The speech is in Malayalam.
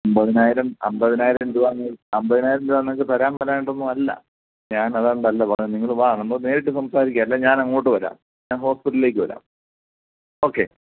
അൻപതിനായിരം അൻപതിനായിരം രൂപ നിങ്ങൾക്ക് അൻപതിനായിരം രൂപ നിങ്ങൾക്ക് തരാൻ പറ്റാഞ്ഞിട്ടൊന്നും അല്ല ഞാൻ അതോണ്ടല്ല പറയുന്നത് നിങ്ങൾ വാ നമ്മൾ നേരിട്ട് സംസാരിക്കാം അല്ലേ ഞാനങ്ങോട്ട് വരാം ഞാൻ ഹോസ്പിറ്റലിലേക്ക് വരാം ഓക്കെ